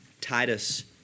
Titus